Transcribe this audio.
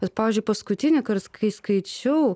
bet pavyzdžiui paskutinį kart kai skaičiau